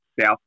south